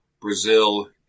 Brazil